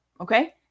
Okay